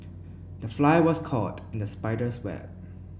the fly was caught in the spider's web